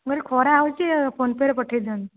ମୁଁ କହିଲି ଖରା ହେଉଛି ଆଉ ଫୋନ ପେ'ରେ ପଠାଇ ଦିଅନ୍ତୁ